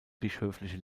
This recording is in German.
bischöfliche